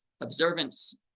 observance